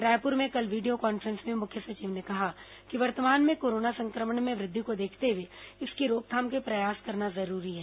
रायपुर में कल video conference में मुख्य सचिव ने कहा कि वर्तमान में कोरोना संक्रमण में वृद्धि को देखते हुए इसकी रोकथाम के प्रयास करना जरूरी है